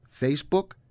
Facebook